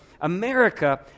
America